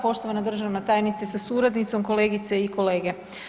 Poštovana državna tajnice sa suradnicom, kolegice i kolege.